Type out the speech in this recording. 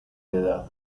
edad